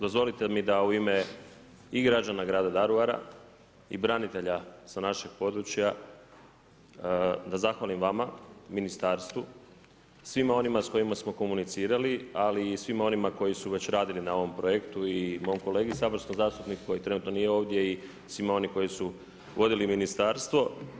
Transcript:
Dozvolite mi da u ime i građana grada Daruvara i branitelja sa našeg područja da zahvalim vama, ministarstvu, svima onima sa kojima smo komunicirali, ali i svima onima koji su već radili na ovom projektu i mom kolegi saborskom zastupniku koji trenutno nije ovdje i svima onima koji su vodili ministarstvo.